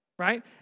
Right